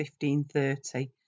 1530